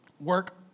work